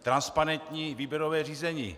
Transparentní výběrové řízení.